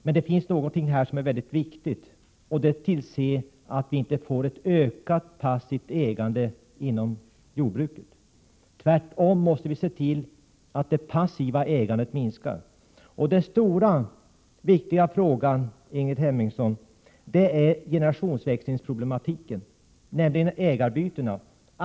Men det finns någonting som är mycket viktigt och det är att tillse att vi inte får ett ökat passivt ägande inom jordbruket. Vi måste tvärtom se till att det passiva ägandet minskar. Den stora och viktiga frågan, Ingrid Hemmingsson, är generationsväxlingsproblematiken, ägarbytena.